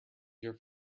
your